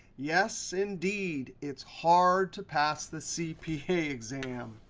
yes, indeed, it's hard to pass the cpa exam.